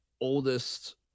oldest